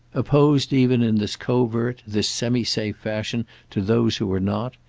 opposed even in this covert, this semi-safe fashion to those who were not,